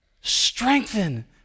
Strengthen